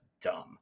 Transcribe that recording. dumb